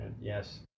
Yes